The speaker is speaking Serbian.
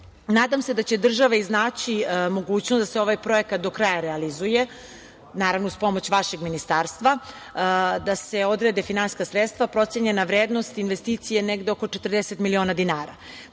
Nadam se da će država iznaći mogućnost da se ovaj projekat do kraja realizuje, naravno, uz pomoć vašeg ministarstva, da se odrede finansijska sredstva. Procenjena vrednost investicije je negde oko 40 miliona dinara. Pored